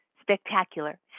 spectacular